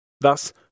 Thus